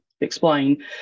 explain